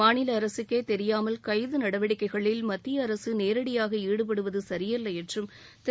மாநிலஅரசுக்கேதெரியாமல் கைதுநடவடிக்கைகளில் மத்தியஅரசுநேரடியாகஈடுபடுவதுசரியல்லஎன்றும் திரு